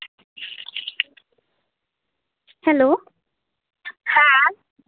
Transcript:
hello ᱦᱮᱸ